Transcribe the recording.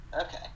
Okay